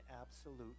absolute